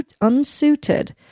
unsuited